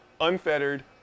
unfettered